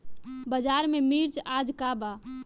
बाजार में मिर्च आज का बा?